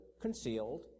Concealed